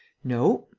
no.